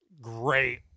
great